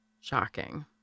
shocking